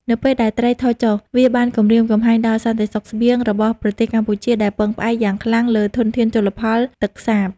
នៅពេលដែលត្រីថយចុះ វាបានគំរាមកំហែងដល់សន្តិសុខស្បៀងរបស់ប្រទេសកម្ពុជា ដែលពឹងផ្អែកយ៉ាងខ្លាំងលើធនធានជលផលទឹកសាប។